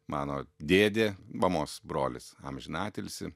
mano dėdė mamos brolis amžinatilsį